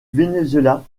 venezuela